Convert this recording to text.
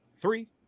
three